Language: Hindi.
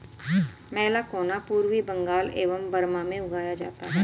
मैलाकोना पूर्वी बंगाल एवं बर्मा में उगाया जाता है